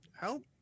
help